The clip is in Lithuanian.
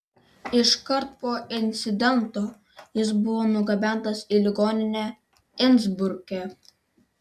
iškart po incidento jis buvo nugabentas į ligoninę insbruke